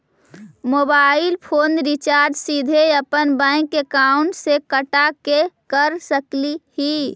Mobile phone recharge सीधे अपन bank account से कटा के कर सकली ही?